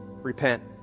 Repent